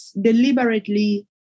deliberately